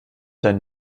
deinen